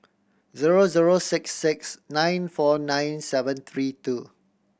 zero zero six six nine four nine seven three two